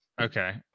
Okay